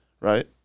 right